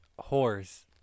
Whores